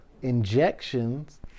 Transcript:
injections